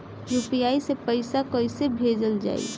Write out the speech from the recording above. UPI से पैसा कइसे भेजल जाई?